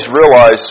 realize